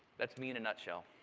that's me in a nutshell.